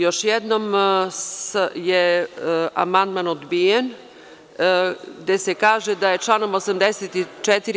Još jednom je amandman odbijen, gde se kaže – da je članom 84.